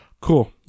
Cool